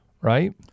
right